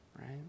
right